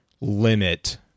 limit